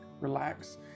relax